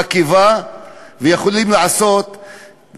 בקיבה, ויכול לגרום